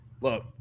Look